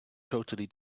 totally